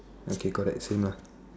okay correct same lah